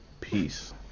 Peace